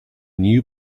new